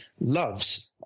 loves